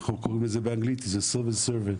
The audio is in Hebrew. סיוויל סרוונט